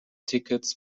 tickets